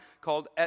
called